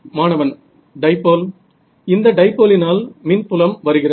மாணவன் டைபோல் இந்த டைபோலினால் மின்புலம் வருகிறது